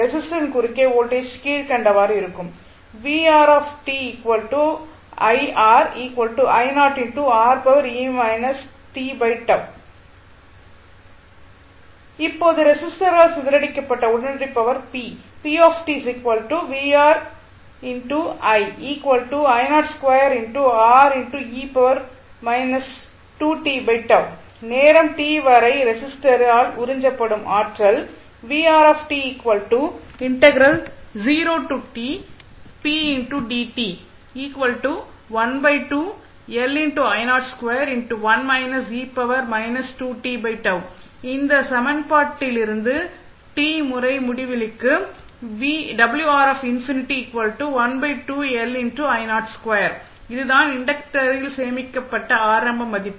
resistor ன் குறுக்கே voltage கீழ்கண்டவாறு இருக்கும் இப்போது ரெஸிஸ்டரால் சிதறடிக்கப்பட்ட உடனடி பவர் p நேரம் t வரை ரெஸிஸ்டரால் உறிஞ்சப்படும் ஆற்றல் இந்த சமன்பாட்டிலிருந்து t முறை முடிவிலிக்கு இது தான் இன்டக்டரில் சேமிக்கப்பட்ட ஆரம்ப மதிப்பு